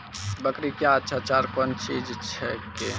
बकरी क्या अच्छा चार कौन चीज छै के?